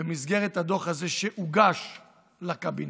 במסגרת הדוח הזה שהוגש לקבינט,